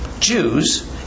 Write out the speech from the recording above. Jews